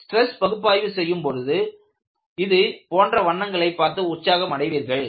stress பகுப்பாய்வு செய்யும் பொழுது இது போன்ற வண்ணங்களை பார்த்து உற்சாகம் அடைவீர்கள்